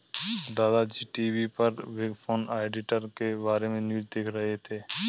दादा जी टी.वी पर बिग फोर ऑडिटर के बारे में न्यूज़ देख रहे थे